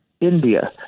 India